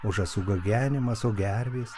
o žąsų gagenimas o gervės